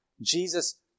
Jesus